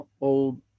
old